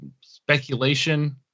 speculation